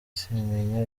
sintinya